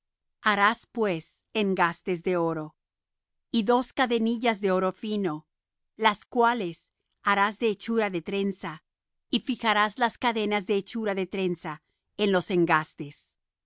harás pues engastes de oro y dos cadenillas de oro fino las cuales harás de hechura de trenza y fijarás las cadenas de hechura de trenza en los engastes